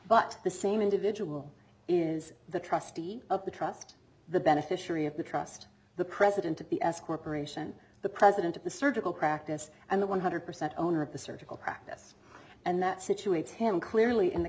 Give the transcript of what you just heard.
but the same individual is the trustee of the trust the beneficiary of the trust the president of the s corporation the president of the surgical practice and the one hundred percent owner of the surgical practice and that situates him clearly in the